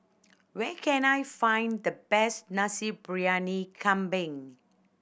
where can I find the best Nasi Briyani Kambing